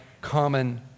common